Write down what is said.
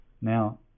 Now